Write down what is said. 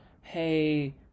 hey